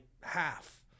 half